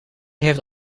heeft